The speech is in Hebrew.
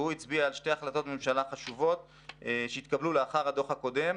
והוא הצביע על שתי החלטות ממשלה חשובות שהתקבלו לאחר הדוח הקודם: